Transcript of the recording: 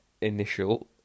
initial